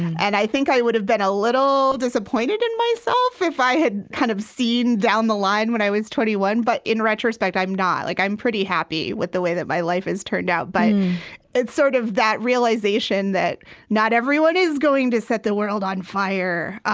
and i think i would've been a little disappointed in myself if i had kind of seen down the line when i was twenty one, but in retrospect, i'm not. like i'm pretty happy with the way that my life has turned out. but it's sort of that realization that not everyone is going to set the world on fire. yeah,